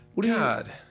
God